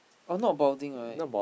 oh not balding right